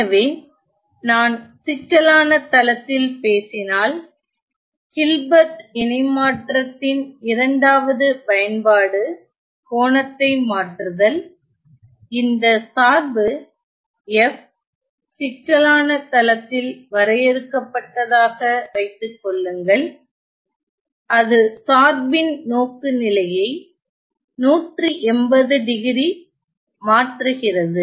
எனவே நான் சிக்கலான தளத்தில் பேசினால் ஹில்பர்ட் இணைமாற்றத்தின் இரண்டாவது பயன்பாடு கோணத்தை மாற்றுதல் இந்த சார்பு f சிக்கலான தளத்தில் வரையறுக்கப்பட்டதாக வைத்துக் கொள்ளுங்கள் அது சார்பின் நோக்குநிலையை 180 டிகிரி மாற்றுகிறது